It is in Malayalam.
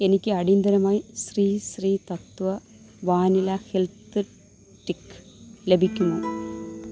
എനിക്ക് അടിയന്തിരമായി Sri Sri Tattva vanilla health tick ലഭിക്കുമോ